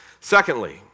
Secondly